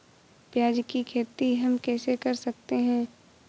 प्याज की खेती हम कैसे कर सकते हैं?